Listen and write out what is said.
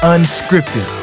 Unscripted